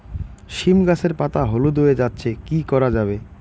সীম গাছের পাতা হলুদ হয়ে যাচ্ছে কি করা যাবে?